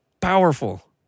powerful